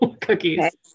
cookies